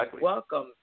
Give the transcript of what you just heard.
welcome